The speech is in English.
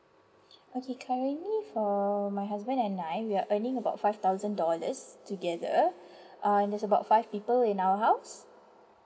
okay currently for my husband and I we are earning about five thousand dollars together uh and there's about five people in our house